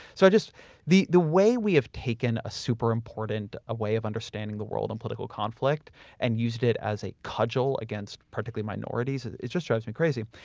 so the the way we have taken a super important ah way of understanding the world and political conflict and used it as a cudgel against particularly minorities, it just drives me crazy.